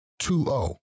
2-0